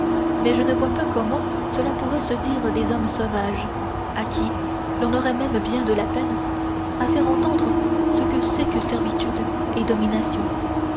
mais je ne vois pas comment cela pourrait se dire des hommes sauvages à qui l'on aurait même bien de la peine à faire entendre ce que c'est que servitude et domination